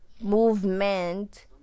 movement